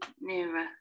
Nearer